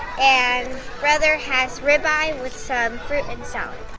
and brother has ribeye with some fruit and salad.